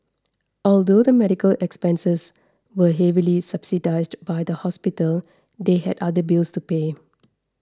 although the medical expenses were heavily subsidised by the hospital they had other bills to pay